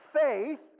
faith